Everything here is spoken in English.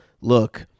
look